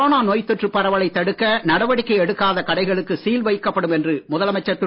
corona நோய்த் தொற்று பரவலைத் தடுக்க நடவடிக்கை எடுக்காத கடைகளுக்கு சீல் வைக்கப்படும் என்று முதலமைச்சர் திரு